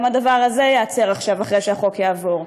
גם הדבר הזה ייעצר עכשיו אחרי שהחוק יעבור,